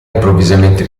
improvvisamente